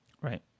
Right